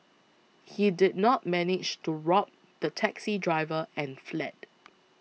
he did not manage to rob the taxi driver and fled